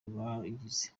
rwagize